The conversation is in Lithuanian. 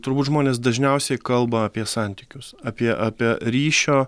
turbūt žmonės dažniausiai kalba apie santykius apie apie ryšio